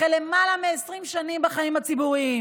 אחרי יותר מ-20 שנים בחיים הציבוריים